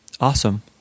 Awesome